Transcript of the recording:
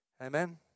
Amen